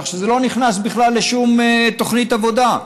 כך שזה לא נכנס בכלל לשום תוכנית עבודה.